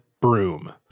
broom